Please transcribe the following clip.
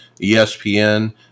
ESPN